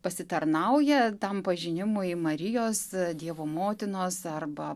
pasitarnauja tam pažinimui marijos dievo motinos arba